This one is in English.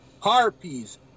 Harpies